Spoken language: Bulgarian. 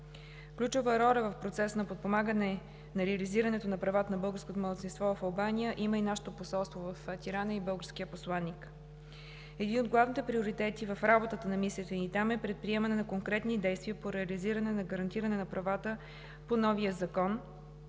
Ключова роля в процеса на подпомагане реализирането на правата на българското малцинство в Албания има и нашето посолство в Тирана, и българският посланик. Един от главните приоритети в работата на мисията ни там е предприемане на конкретни действия за гарантиране правата по новия закон,